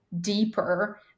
deeper